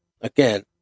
again